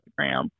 Instagram